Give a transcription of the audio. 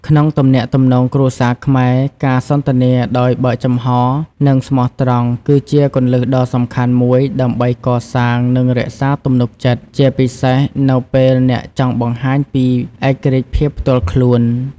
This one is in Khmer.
ក្នុងទំនាក់ទំនងគ្រួសារខ្មែរ ការសន្ទនាដោយបើកចំហរ និងស្មោះត្រង់ គឺជាគន្លឹះដ៏សំខាន់មួយ ដើម្បីកសាង និងរក្សាទំនុកចិត្ត ជាពិសេសនៅពេលអ្នកចង់បង្ហាញពីឯករាជ្យភាពផ្ទាល់ខ្លួន។